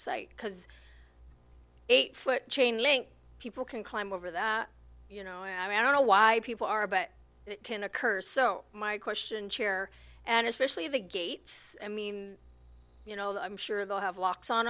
site because eight foot chainlink people can climb over that you know i don't know why people are but it can occur so my question chair and especially the gates i mean you know i'm sure they'll have locks on